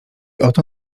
oto